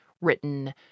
written